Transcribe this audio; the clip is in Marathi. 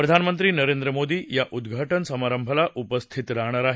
प्रधानमंत्री नरेंद्र मोदी या उद्घाटन समारंभाला उपस्थित राहणार आहेत